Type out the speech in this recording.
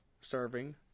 serving